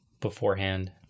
beforehand